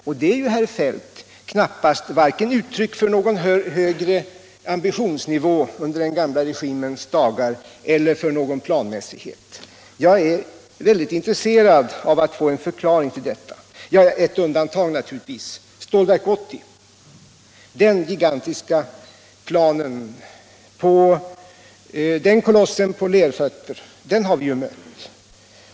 Och det är ju, herr Feldt, knappast uttryck för vare sig någon högre ambitionsnivå under den gamla regimens dagar eller någon planmässighet. Jag är väldigt intresserad av att få en förklaring till detta. Ett undantag finns naturligtvis: Stålverk 80. Den gigantiska planen, den kolossen på lerfötter — den har vi mött.